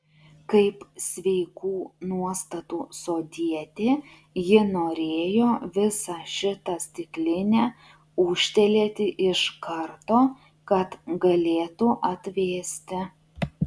kaip sveikų nuostatų sodietė ji norėjo visą šitą stiklinę ūžtelėti iš karto kad galėtų atvėsti